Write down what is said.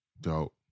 dope